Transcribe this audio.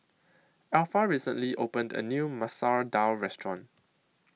Alpha recently opened A New Masoor Dal Restaurant